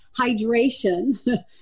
hydration